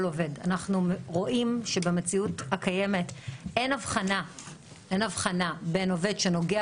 אנחנו רואים שבמציאות הקיימת אין הבחנה בין עובד שנוגע